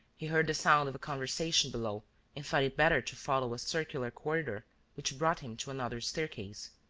he heard the sound of a conversation below and thought it better to follow a circular corridor which brought him to another staircase.